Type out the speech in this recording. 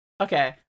Okay